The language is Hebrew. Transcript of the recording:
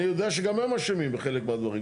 אני יודע שגם הם אשמים בחלק מהדברים.